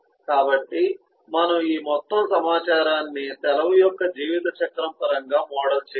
కాబట్టి మనము ఈ మొత్తం సమాచారాన్ని సెలవు యొక్క జీవితచక్రం పరంగా మోడల్ చేయవచ్చు